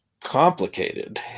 complicated